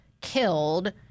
killed—